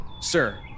Sir